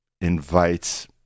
invites